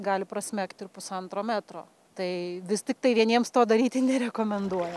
gali prasmegti ir pusantro metro tai vis tiktai vieniems to daryti nerekomenduoja